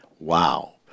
Wow